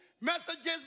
messages